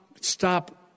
stop